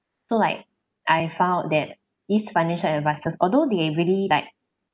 so like I found out that these financial advisers although they really like